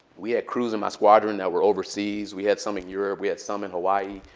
we had crews in my squadron that were overseas. we had some in europe. we had some in hawaii.